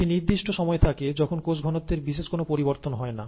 একটি নির্দিষ্ট সময়ে থাকে যখন কোষ ঘনত্বের বিশেষ কোনো পরিবর্তন হয় না